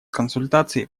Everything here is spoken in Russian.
консультаций